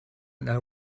know